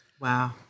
Wow